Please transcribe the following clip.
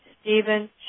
Stephen